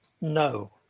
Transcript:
No